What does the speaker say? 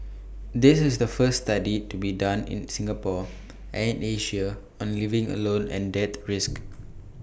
this is the first study to be done in Singapore and Asia on living alone and death risk